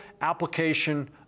application